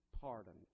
pardoned